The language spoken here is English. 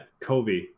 Kobe